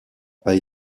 pas